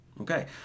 okay